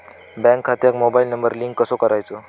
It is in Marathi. बँक खात्यात मोबाईल नंबर लिंक कसो करायचो?